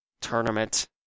tournament